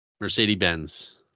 Mercedes-Benz